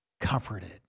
comforted